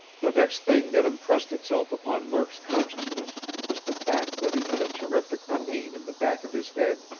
the next thing that impressed itself upon murk's consciousness was the fact that he had a terrific pain in the back of his head.